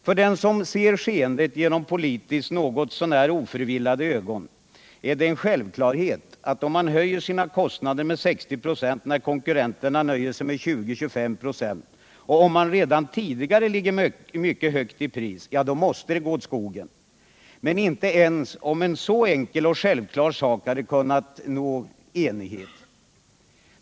För den som ser skeendet med politiskt något så när oförvillade ögon är det en självklarhet att om man höjer sina kostnader med 60 926, när konkurrenterna nöjer sig med 20-25 96, och om man redan tidigare ligger mycket högt i pris, måste det gå åt skogen —- men inte ens om en så enkel och självklar sak har det kunnat gå att nå en enig uppfattning.